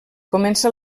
comença